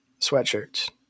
sweatshirts